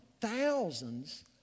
thousands